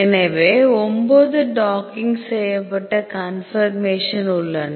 எனவே 9 டாக்கிங் செய்யப்பட்ட கன்பர்மேஷன் உள்ளன